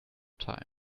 time